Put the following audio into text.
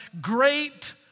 great